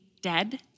dead